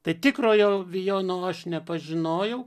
tai tikrojo vijono aš nepažinojau